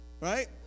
Right